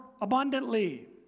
abundantly